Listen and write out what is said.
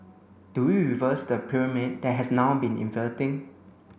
do we reverse the pyramid that has now been inverting